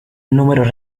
números